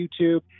YouTube